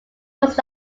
was